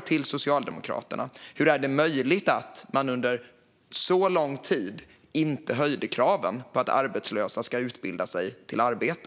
till Socialdemokraterna kvarstår: Hur är det möjligt att man under så lång tid inte höjde kraven på att arbetslösa ska utbilda sig till arbete?